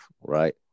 right